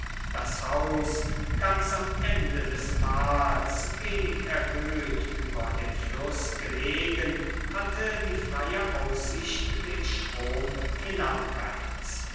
das haus ganz am ende des tals wenig erhöht über dem fluß gelegen hatte die freie aussicht den strom